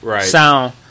sound